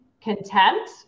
contempt